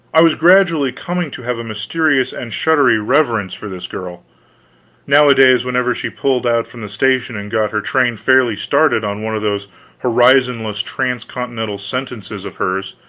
i was gradually coming to have a mysterious and shuddery reverence for this girl nowadays whenever she pulled out from the station and got her train fairly started on one of those horizonless transcontinental sentences of hers,